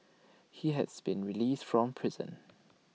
he has been released from prison